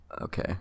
okay